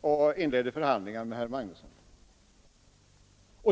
Sedan inledde de förhandlingar med herr Magnusson i Kristinehamn.